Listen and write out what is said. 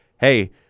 hey